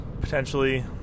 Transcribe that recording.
potentially